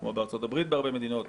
כמו בארצות הברית בהרבה מדינות,